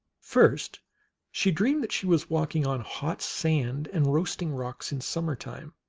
first she dreamed that she was walking on hot sand and roast ing rocks in summer-time,